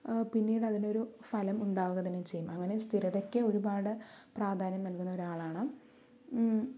പിന്നീട് അതിനൊരു ഫലം ഉണ്ടാവുക തന്നെ ചെയ്യും അങ്ങനെ സ്ഥിരതയ്ക്ക് ഒരുപാട് പ്രാധാന്യം നൽകുന്ന ഒരാളാണ്